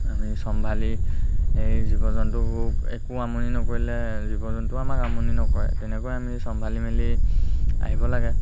আমি চম্ভালি এই জীৱ জন্তুবোৰ একো আমনি নকৰিলে জীৱ জন্তুৱেও আমাক আমনি নকৰে তেনেকৈ আমি চম্ভালি মেলি আহিব লাগে